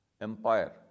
empire